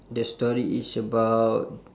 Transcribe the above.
the story is about